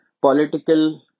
political